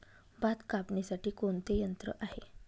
भात कापणीसाठी कोणते यंत्र आहे?